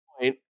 point